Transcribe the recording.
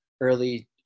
early